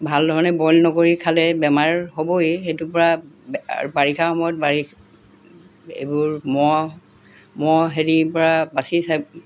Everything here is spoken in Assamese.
ভাল ধৰণে বইল নকৰি খালে বেমাৰ হ'বই সেইটোৰ পৰা বাৰিষা সময়ত বাৰি এইবোৰ মহ মহ হেৰিৰ পৰা বাচি চাই